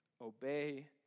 Obey